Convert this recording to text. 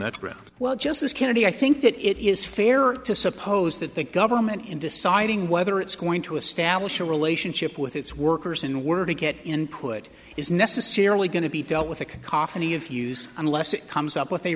ground well justice kennedy i think that it is fair to suppose that the government in deciding whether it's going to establish a relationship with its workers in word to get input is necessarily going to be dealt with a cough any of use unless it comes up with a